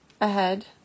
ahead